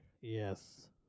Yes